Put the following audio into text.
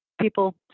people